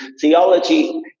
theology